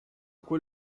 quel